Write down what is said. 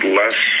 less